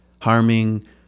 harming